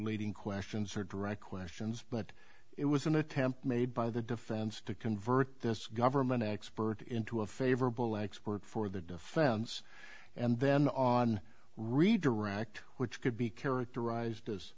leading questions or direct questions but it was an attempt made by the defense to convert this government expert into a favorable expert for the defense and then on redirect which could be characterize